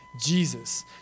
Jesus